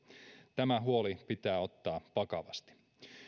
tämä huoli pitää ottaa vakavasti